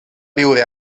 viure